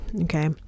Okay